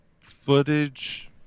footage